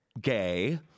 gay